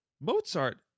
Mozart